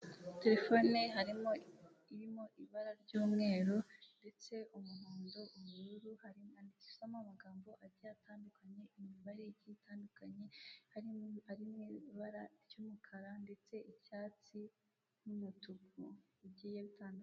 Telefone harimo irimo ibara ry'umweru, ndetse umuhondo, ubururu, harimo amagambo agiye atandukanye, imibare igiye itandukanye ari mu ibara ry'umukara, ndetse icyatsi n'umutuku, bigiye bitandukanye.